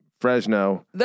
Fresno